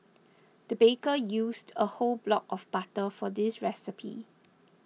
the baker used a whole block of butter for this recipe